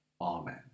Amen